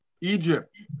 Egypt